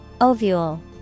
Ovule